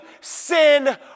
sin